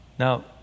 Now